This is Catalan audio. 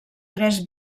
tres